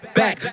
back